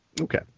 Okay